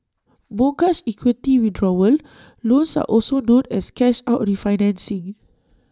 mortgage equity withdrawal loans are also known as cash out refinancing